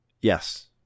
Yes